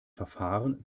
verfahren